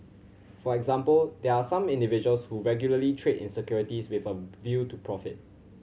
for example there are some individuals who regularly trade in securities with a view to profit